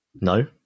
No